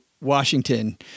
washington